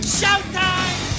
showtime